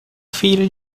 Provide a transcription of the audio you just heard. feira